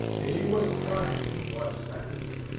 he was cunning, was stangerson,